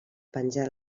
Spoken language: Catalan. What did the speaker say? penjar